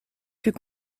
put